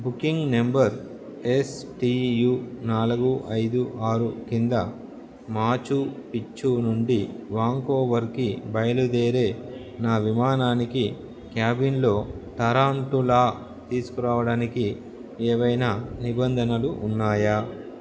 booking number S T U నాలుగు ఐదు ఆరు కింద మాచు పిచ్చు నుండి వాంకోవర్కి బయలుదేరే నా విమానానికి క్యాబిన్లో టరాన్టులా తీసుకురావడానికి ఏవైనా నిబంధనలు ఉన్నాయా